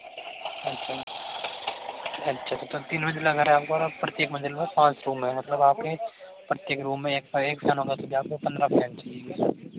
अच्छा अच्छा तो तीन मंजिला घर हैं और प्रत्येक मंज़िल पर पाँच रूम हैं में मतलब आपके प्रत्येक रूम में एक तो एक फैन होगा तो भी आप को पन्द्रह फैन चाहिए